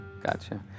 Gotcha